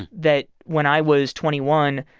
that when i was twenty one,